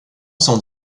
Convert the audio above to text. sans